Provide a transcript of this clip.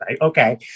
okay